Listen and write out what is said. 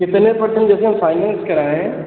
कितने पर्सेन्ट जैसे हम फ़ाइनैन्स कराएँ